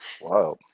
Wow